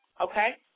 Okay